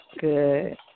good